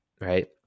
right